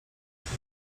domu